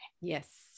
Yes